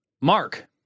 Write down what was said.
Mark